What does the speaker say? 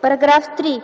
По § 3 е